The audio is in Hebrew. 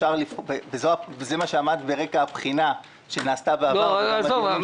וזה מה שעמד ברקע הבחינה שנעשתה בעבר --- עזוב.